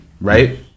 right